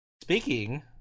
Speaking